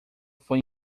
foi